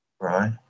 right